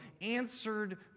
answered